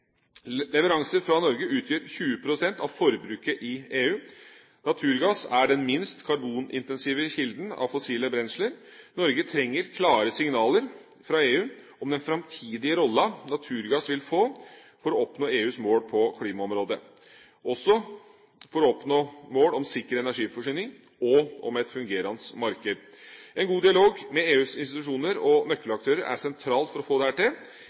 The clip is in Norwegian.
Leveranser fra Norge utgjør 20 pst. av forbruket i EU. Naturgass er den minst karbonintensive kilden av fossile brensler. Norge trenger klare signaler fra EU om den framtidige rollen naturgass vil få for å oppnå EUs mål på klimaområdet, sikker energiforsyning og et fungerende marked. En god dialog med EUs institusjoner og nøkkelaktører er sentralt for å få dette til.